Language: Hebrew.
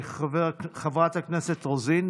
חברת הכנסת רוזין,